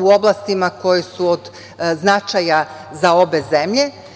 u oblastima koje su od značaja za obe zemlje,